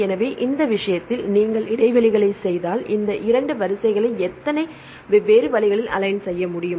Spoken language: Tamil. எனவே இந்த விஷயத்தில் நீங்கள் இடைவெளிகளைச் செய்தால் இந்த 2 வரிசைகளை எத்தனை வெவ்வேறு வழிகளில் அலைன் செய்ய முடியும்